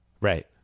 Right